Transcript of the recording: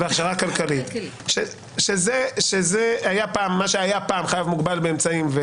זה מה שהיה פעם: חייב מוגבל באמצעים,